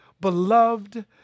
beloved